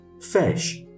fish